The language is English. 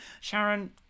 sharon